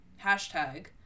hashtag